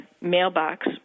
mailbox